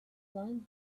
flung